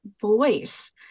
voice